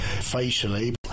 facially